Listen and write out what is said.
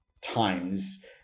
times